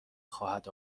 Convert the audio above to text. خواهد